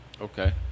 Okay